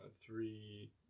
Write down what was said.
three